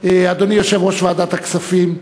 היושב-ראש, אדוני יושב-ראש ועדת הכספים,